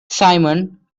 simon